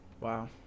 Wow